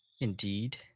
Indeed